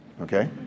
Okay